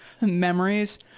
memories